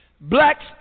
blacks